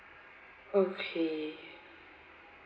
okay